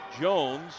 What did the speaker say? Jones